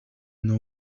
know